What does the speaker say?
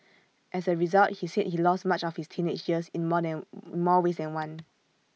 as A result he said he lost much of his teenage years in more than more ways than one